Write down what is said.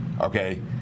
okay